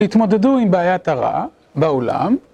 התמודדו עם בעיית הרעה בעולם